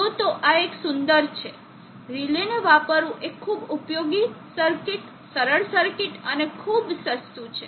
તો તો આ એક સુંદર છે રિલે ને વાપરવું એ ખૂબ ઉપયોગી સર્કિટ સરળ સર્કિટ અને ખૂબ સસ્તું છે